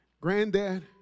granddad